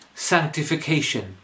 Sanctification